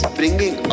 bringing